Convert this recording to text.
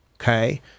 okay